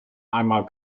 einmal